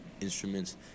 Instruments